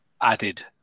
added